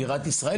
בירת ישראל.